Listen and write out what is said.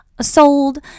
sold